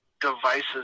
devices